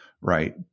right